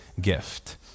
gift